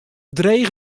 dreech